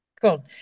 Cool